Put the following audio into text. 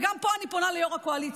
וגם פה אני פונה ליו"ר הקואליציה,